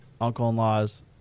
uncle-in-law's